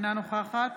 נגד